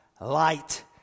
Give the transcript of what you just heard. light